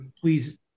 Please